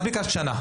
את ביקשת שנה.